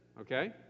Okay